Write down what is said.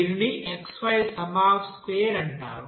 దీనిని xy sum of square అంటారు